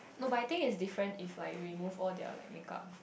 no but I think is difference if like remove all their like make up